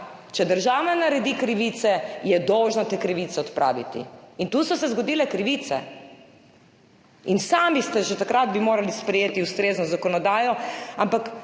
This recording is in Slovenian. Če država naredi krivice, je dolžna te krivice odpraviti. In tu so se zgodile krivice. Sami bi že takrat morali sprejeti ustrezno zakonodajo, ampak